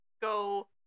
go